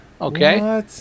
Okay